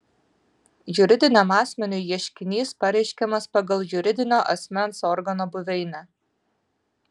juridiniam asmeniui ieškinys pareiškiamas pagal juridinio asmens organo buveinę